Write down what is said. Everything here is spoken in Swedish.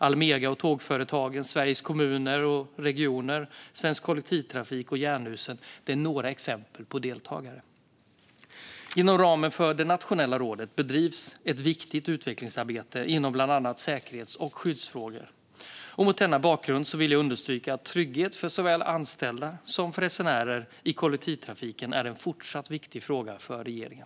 Almega och Tågföretagen, Sveriges Kommuner och Regioner, Svensk Kollektivtrafik och Jernhusen är några exempel på deltagare. Inom ramen för det nationella rådet bedrivs ett viktigt utvecklingsarbete i bland annat säkerhets och skyddsfrågor. Mot denna bakgrund vill jag understryka att trygghet för såväl anställda som resenärer i kollektivtrafiken är en fortsatt viktig fråga för regeringen.